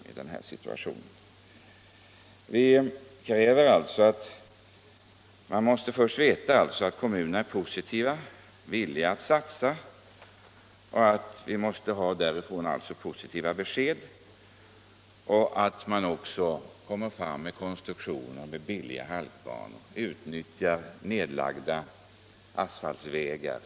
Innan ett sådant beslut kan fattas måste man veta om kommunerna är positiva och villiga att satsa; vi måste ha positiva besked från dem. Det är också viktigt att det kommer fram konstruktioner som innebär billiga halkbanor. Exempelvis kan man utnyttja nedlagda asfaltvägar.